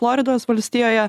floridos valstijoje